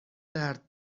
درد